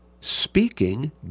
speaking